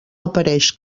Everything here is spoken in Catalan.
apareix